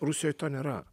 rusijoj to nėra